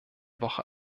woche